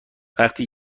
وقتی